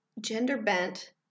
gender-bent